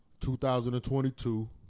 2022